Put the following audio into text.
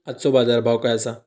आजचो बाजार भाव काय आसा?